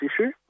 issue